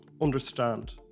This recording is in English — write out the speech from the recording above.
understand